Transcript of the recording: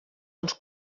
uns